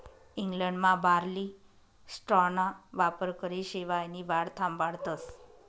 इंग्लंडमा बार्ली स्ट्राॅना वापरकरी शेवायनी वाढ थांबाडतस